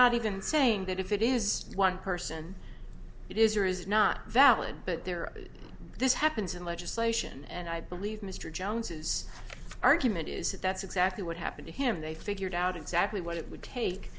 not even saying that if it is one person it is or is not valid but there is this happens in legislation and i believe mr jones's argument is that that's exactly what happened to him they figured out exactly what it would take